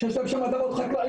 שיש להם שם אדמות חקלאיות,